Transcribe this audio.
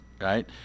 right